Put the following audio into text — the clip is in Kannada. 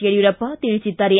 ಯಡಿಯೂರಪ್ಪ ತಿಳಿಸಿದ್ದಾರೆ